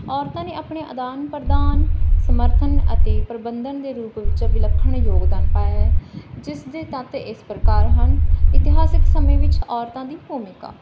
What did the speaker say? ਔਰਤਾਂ ਨੇ ਆਪਣੇ ਅਦਾਨ ਪ੍ਰਦਾਨ ਸਮਰਥਨ ਅਤੇ ਪ੍ਰਬੰਧਨ ਦੇ ਰੂਪ ਵਿੱਚ ਵਿਲੱਖਣ ਯੋਗਦਾਨ ਪਾਇਆ ਹੈ ਜਿਸ ਦੇ ਤੱਤ ਇਸ ਪ੍ਰਕਾਰ ਹਨ ਇਤਿਹਾਸਿਕ ਸਮੇਂ ਵਿੱਚ ਔਰਤਾਂ ਦੀ ਭੂਮਿਕਾ ਸਮਾਜਿਕ ਸਥਿਤੀ ਪੁਰਾਣੀ ਸਮਿਆਂ ਵਿੱਚ